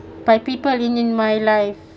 by people in in my life